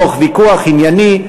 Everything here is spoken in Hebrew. תוך ויכוח ענייני,